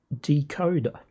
decoder